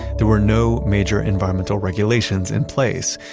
there were no major environmental regulations in place,